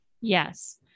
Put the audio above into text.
Yes